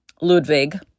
Ludwig